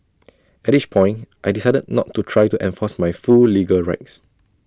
at each point I decided not to try to enforce my full legal rights